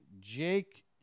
Jake